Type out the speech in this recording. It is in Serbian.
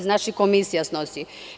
Znači, komisija snosi.